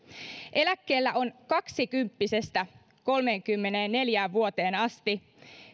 eläkkeellä on kaksikymppisestä kolmeenkymmeneenneljään vuoteen asti